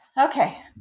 okay